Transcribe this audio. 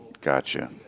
Gotcha